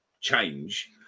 change